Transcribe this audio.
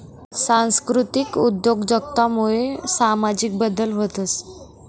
सांस्कृतिक उद्योजकता मुये सामाजिक बदल व्हतंस